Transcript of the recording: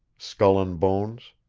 skull and bones,